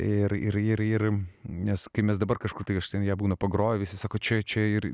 ir ir ir ir nes kai mes dabar kažkur tai aš ten jie būna pagroja visi sako čia čia ir